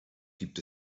gibt